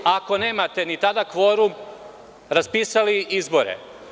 Ako nemate ni tada kvorum, raspisali izbore.